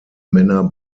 männer